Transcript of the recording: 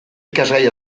ikasgai